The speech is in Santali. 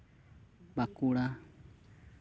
ᱵᱟᱸᱠᱩᱲᱟ